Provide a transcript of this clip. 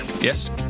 Yes